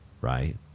right